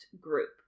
group